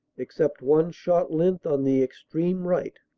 except one short length on the extreme right.